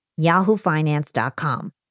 yahoofinance.com